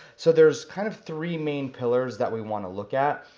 so there's kind of three main pillars that we wanna look at.